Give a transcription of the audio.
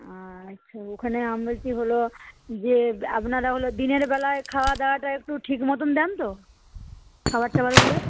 আচ্ছা ওখানে আমি বলছি হল যে আপনারা হল দিনের বেলায় খাওয়া দাওয়াটা একটু ঠিক মতন দেন তো খাবার টাবারগুলা